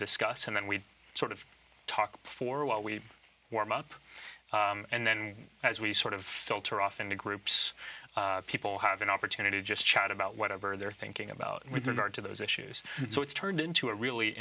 discuss and then we so talk for a while we warm up and then as we sort of filter off into groups people have an opportunity to just chat about whatever they're thinking about with regard to those issues so it's turned into a really